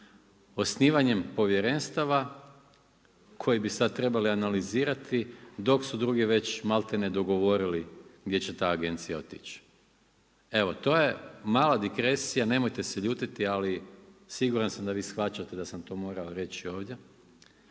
Osnivanjem povjerenstava koje bi sad trebali analizirati dok su drugi već malti ne, dogovorili gdje će ta agencija otići. Evo je mala digresija, nemojte se ljutiti, ali siguran sam da vi shvaćate da sam to morao reći ovdje